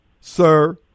sir